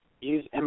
Use